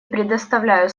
предоставляю